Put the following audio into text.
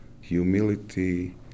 humility